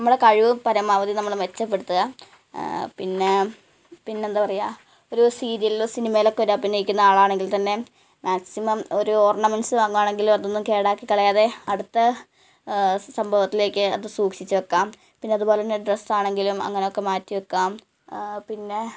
നമ്മുടെ കഴിവ് പരമാവധി നമ്മൾ മെച്ചപ്പെടുത്തുക പിന്നെ പിന്നെന്താ പറയാ ഒരു സീരിയയിലോ സിനിമേലൊക്കൊര് അഭിനയിക്കുന്ന ആളാണെങ്കിൽ തന്നെ മാക്സിമം ഒരു ഓർണമെൻറ്സ് വാങ്ങാണെങ്കിലും അതൊന്നും കേടാക്കി കളയാതെ അടുത്ത സംഭവത്തിലേക്ക് അത് സൂക്ഷിച്ച് വയ്ക്കാം പിന്നീട് അതുപോല തന്നെ ഡ്രെസ്സാണെങ്കിലും അങ്ങനൊക്കെ മാറ്റി വയ്ക്കാം പിന്നെ